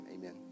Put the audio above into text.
amen